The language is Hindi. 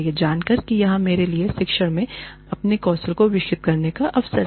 यह जानकर कि वहाँ मेरे लिए शिक्षण में विशेष रूप से इस पाठ्यक्रम को अपने कौशल को विकसित करने का अवसर है